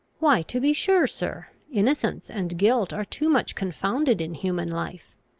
why, to be sure, sir, innocence and guilt are too much confounded in human life.